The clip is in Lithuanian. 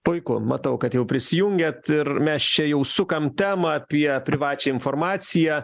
puiku matau kad jau prisijungėt ir mes čia jau sukam temą apie privačią informaciją